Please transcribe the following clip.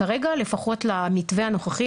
כרגע לפחות למתווה הנוכחי,